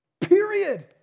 Period